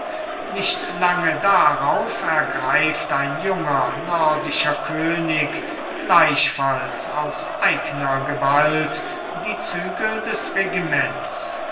nicht lange darauf ergreift ein junger nordischer könig gleichfalls aus eigner gewalt die zügel des regiments